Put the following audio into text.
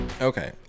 Okay